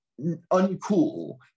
uncool